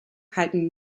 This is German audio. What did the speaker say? halten